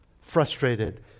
frustrated